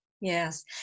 Yes